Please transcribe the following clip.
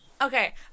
Okay